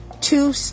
Two